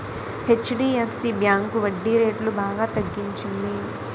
HDFC bank వడ్డీరేట్లు బాగా తగ్గించింది